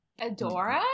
Adora